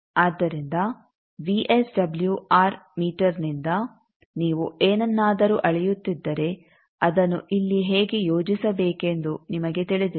ಆದ್ದರಿಂದ ವಿಎಸ್ಡಬ್ಲ್ಯೂಆರ್ ಮೀಟರ್ನಿಂದ ನೀವು ಏನನ್ನಾದರೂ ಅಳೆಯುತ್ತಿದ್ದರೆ ಅದನ್ನು ಇಲ್ಲಿ ಹೇಗೆ ಯೋಜಿಸಬೇಕೆಂದು ನಿಮಗೆ ತಿಳಿದಿದೆ